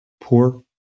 poor